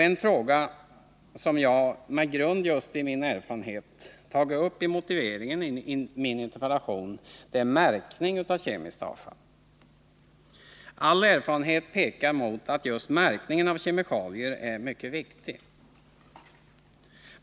En fråga som jag, med grund i denna min erfarenhet, tagit upp i motiveringen i min interpellation är märkning av kemiskt avfall. All erfarenhet pekar mot att just märkning av kemikalier är mycket viktig.